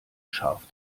scharf